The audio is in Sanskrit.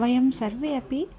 वयं सर्वे अपि